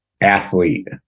athlete